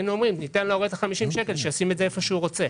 היינו אומרים: "ניתן להורה את ה-50 ₪ ושישים את זה איפה שהוא רוצה",